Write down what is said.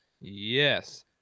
Yes